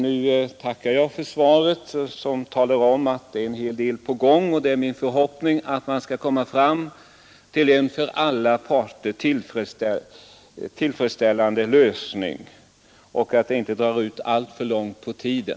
ud Torsdagen den å z 30 november 1972 tillfredsställande lösning och att det inte drar alltför långt ut på tiden. Nu tackar jag för svaret där det meddelas att en hel del är på gång. Det är min förhoppning att man skall komma fram till en för alla parter